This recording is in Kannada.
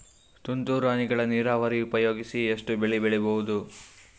ತುಂತುರು ಹನಿಗಳ ನೀರಾವರಿ ಉಪಯೋಗಿಸಿ ಎಷ್ಟು ಬೆಳಿ ಬೆಳಿಬಹುದು?